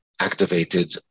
activated